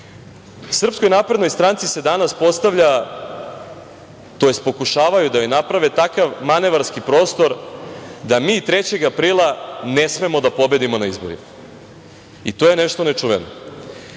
naprednoj stranci se danas postavlja, tj. pokušavaju da joj naprave takav manevarski prostor da mi 3. aprila ne smemo da pobedimo na izborima, i to je nešto nečuveno.